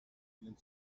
ihnen